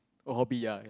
orh B I